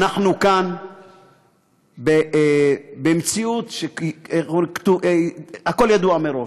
אנחנו כאן במציאות שהכול ידוע מראש,